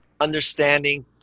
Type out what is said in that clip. understanding